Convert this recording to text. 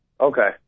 Okay